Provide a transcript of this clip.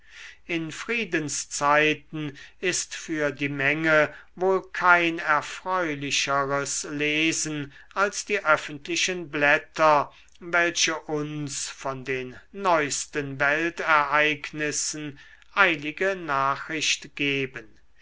in friedenszeiten ist für die menge wohl kein erfreulicheres lesen als die öffentlichen blätter welche uns von den neusten weltereignissen eilige nachricht geben